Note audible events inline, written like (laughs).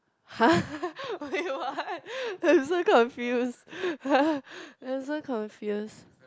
!huh! what you want I'm so confuse (laughs) I'm so confuse